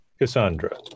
Cassandra